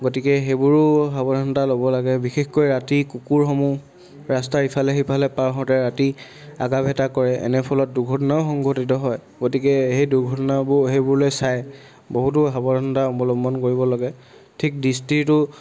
গতিকে সেইবোৰো সাৱধানতা ল'ব লাগে বিশেষকৈ ৰাতি কুকুৰসমূহ ৰাস্তাৰ ইফালে সিফালে পাৰ হওঁতে ৰাতি আগা ভেটা কৰে এনে ফলত দুৰ্ঘটনাও সংঘটিত হয় গতিকে সেই দুৰ্ঘটনাবোৰ সেইবোৰলৈ চাই বহুতো সাৱধানতা অৱলম্বন কৰিব লাগে ঠিক দৃষ্টিটো